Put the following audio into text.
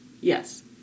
Yes